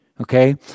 Okay